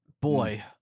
boy